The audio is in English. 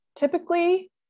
Typically